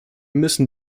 müssen